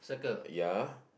ya